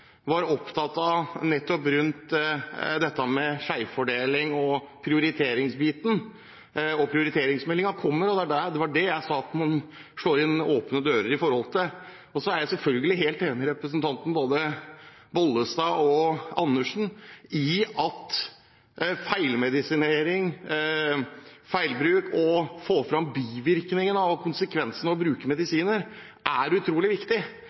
med den jeg sa at man slår inn åpne dører. Jeg er selvfølgelig helt enig med både representanten Bollestad og representanten Andersen i at feilmedisinering, feilbruk og å få fram bivirkningene av og konsekvensene av å bruke medisiner er utrolig viktig,